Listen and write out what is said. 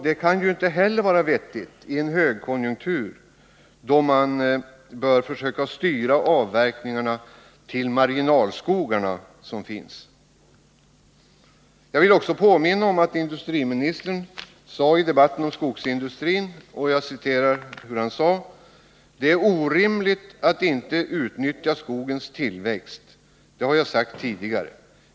Det kan ju inte heller vara vettigt i en högkonjunktur, då man bör försöka styra avverkningarna till de marginalskogar som finns. Jag vill också påminna om vad industriministern sade i debatten om skogsindustrin: ”Det är orimligt att inte utnyttja skogens tillväxt — det har jag sagt tidigare.